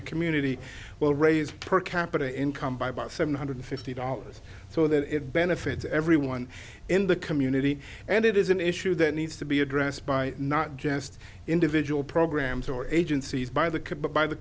the community will raise per capita income by about seven hundred fifty dollars so that it benefits everyone in the community and it is an issue that needs to be addressed by not just individual programs or agencies by the